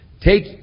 Take